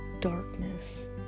darkness